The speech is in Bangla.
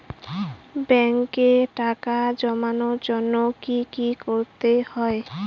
ব্যাংকে টাকা জমানোর জন্য কি কি করতে হয়?